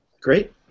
Great